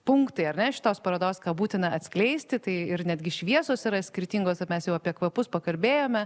punktai ar ne šitos parodos ką būtina atskleisti tai ir netgi šviesos yra skirtingos o mes jau apie kvapus pakalbėjome